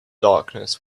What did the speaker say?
darkness